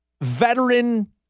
veteran